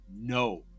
no